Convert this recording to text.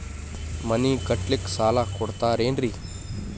ಮನಿ ಕಟ್ಲಿಕ್ಕ ಸಾಲ ಕೊಡ್ತಾರೇನ್ರಿ?